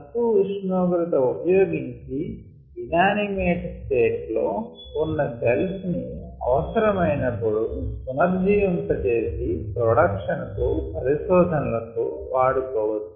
తక్కువ ఉష్ణోగ్రత ఉపయోగించి ఇనానిమేట్ స్టేట్ లో ఉన్న సెల్స్ ని అవసరమయినపుడు పునర్జీవప చేసి ప్రొడక్షన్ కు పరిశోధనలకు వాడుకోవచ్చును